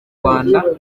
rwanda